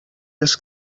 els